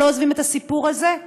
שלא עוזבים את הנושא הזה,